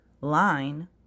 line